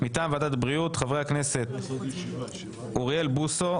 מטעם ועדת הבריאות חברי הכנסת: אוריאל בוסו,